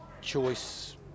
choice